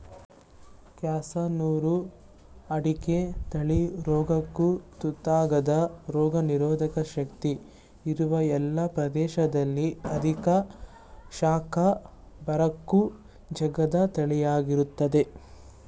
ಕ್ಯಾಸನೂರು ಅಡಿಕೆ ತಳಿ ರೋಗಕ್ಕು ತುತ್ತಾಗದ ರೋಗನಿರೋಧಕ ಶಕ್ತಿ ಇರುವ ಎಲ್ಲ ಪ್ರದೇಶದಲ್ಲಿ ಅಧಿಕ ಶಾಖ ಬರಕ್ಕೂ ಜಗ್ಗದ ತಳಿಯಾಗಯ್ತೆ